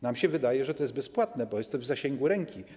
Nam się wydaje, że to jest bezpłatne, bo jest w zasięgu ręki.